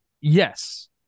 yes